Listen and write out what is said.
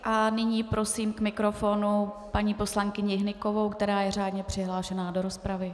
A nyní prosím k mikrofonu paní poslankyni Hnykovou, která je řádně přihlášena do rozpravy.